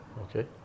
Okay